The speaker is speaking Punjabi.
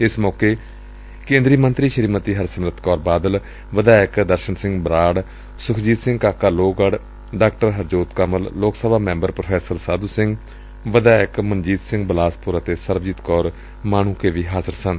ਏਸ ਮੌਕੇ ਕੇਂਦਰੀ ਮੰਤਰੀ ਸ੍ਰੀਮਤੀ ਹਰਸਿਮਰਤ ਕੌਰ ਬਾਦਲ ਵਿਧਾਇਕ Darshan Singh Brar Sukhjit Singh Kaka Lohgarh Dr Harjot Kamal Lok Sabha member Prof Sadhu Singh ਵਿਧਾਇਕ ਮਨਜੀਤ ਸਿੰਘ ਬਿਲਾਸਪੁਰ ਅਤੇ ਸਰਬਜੀਤ ਕੌਰ ਮਾਣੁਕੇ ਵੀ ਹਾਜ਼ਰ ਸਨ